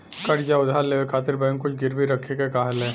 कर्ज़ या उधार लेवे खातिर बैंक कुछ गिरवी रखे क कहेला